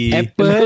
apple